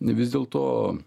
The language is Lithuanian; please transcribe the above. vis dėlto